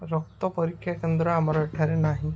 ରକ୍ତ ପରୀକ୍ଷା କେନ୍ଦ୍ର ଆମର ଏଠାରେ ନାହିଁ